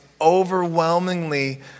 overwhelmingly